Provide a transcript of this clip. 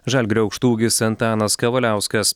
žalgirio aukštaūgis antanas kavaliauskas